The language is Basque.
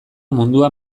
mundua